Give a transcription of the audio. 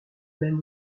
même